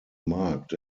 marked